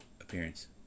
appearance